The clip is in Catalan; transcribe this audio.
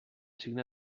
signe